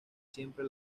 siempre